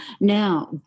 Now